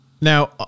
Now